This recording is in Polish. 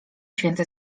święty